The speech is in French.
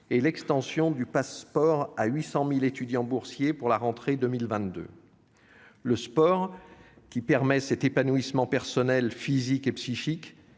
et l'extension du Pass'Sport à 800 000 étudiants boursiers à la rentrée 2022. Le sport, qui permet cet épanouissement personnel physique et psychique,